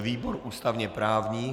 Výbor ústavněprávní.